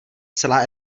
celá